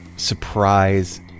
Surprise